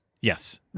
Yes